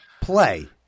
play